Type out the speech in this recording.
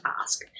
ask